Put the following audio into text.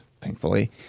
thankfully